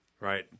right